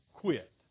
quit